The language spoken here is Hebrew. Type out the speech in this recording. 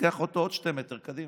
עוד 2 מטר קדימה.